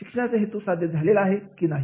शिक्षणाचा हेतू साध्य झालेला आहे की नाही